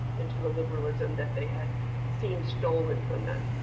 and to the liberalism that they had seen stolen from them.